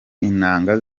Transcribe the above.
intanga